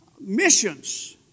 Missions